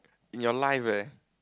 in your life eh